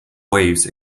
waves